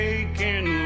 Taking